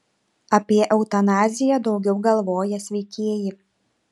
apie eutanaziją daugiau galvoja sveikieji